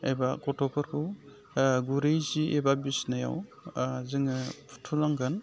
एबा गथ'फोरखौ गुरै जि एबा बिसिनायाव जोङो फुथुनांगोन